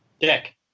Deck